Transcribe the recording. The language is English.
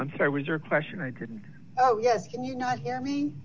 i'm sorry was your question i didn't oh yes can you not hear me